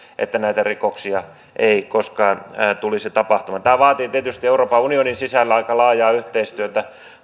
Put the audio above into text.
että näitä rikoksia ei koskaan tulisi tapahtumaan tämä vaatii tietysti euroopan unionin sisällä aika laajaa yhteistyötä